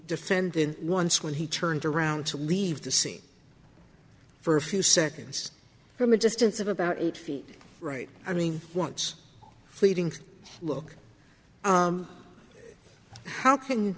defendant once when he turned around to leave the scene for a few seconds from a distance of about eight feet right i mean once pleading look how can